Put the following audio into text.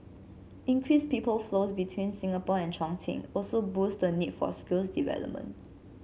increased people flows between Singapore and Chongqing also boost the need for skills development